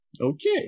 Okay